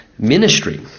ministry